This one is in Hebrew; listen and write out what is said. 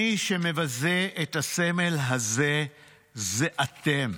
מי שמבזה את הסמל הזה זה אתם.